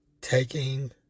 taking